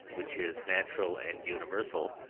which is natural and universal,